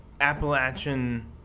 appalachian